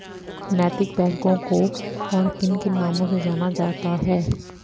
नैतिक बैंकों को और किन किन नामों से जाना जाता है?